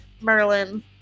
Merlin